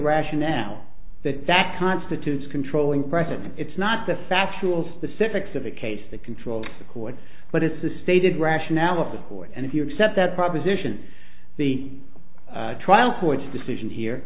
rationale that that constitutes controlling the president it's not the factual specifics of a case that control the court but it's the stated rationale of the court and if you accept that proposition the trial court's decision here